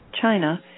China